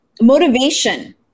motivation